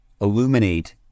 illuminate